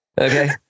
Okay